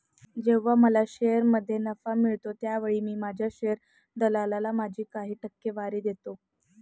जेव्हा मला शेअरमध्ये नफा मिळतो त्यावेळी मी माझ्या शेअर दलालाला माझी काही टक्केवारी देतो